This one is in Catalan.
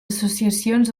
associacions